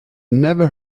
never